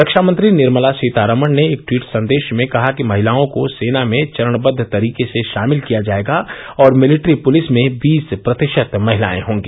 रक्षा मंत्री निर्मला सीतारमण ने एक ट्वीट संदेश में कहा कि महिलाओं को सेना में चरणबद्व तरीके से शामिल किया जाएगा और मिलिट्री पुलिस में बीस प्रतिशत महिलाएं होंगी